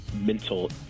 mental